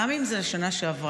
גם אם זה השנה שעברה,